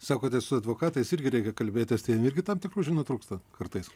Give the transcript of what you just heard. sakote su advokatais irgi reikia kalbėtis tai jiem irgi tam tikrų žinių trūksta kartais